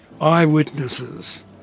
eyewitnesses